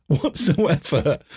whatsoever